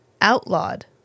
outlawed